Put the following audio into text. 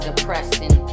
Depressing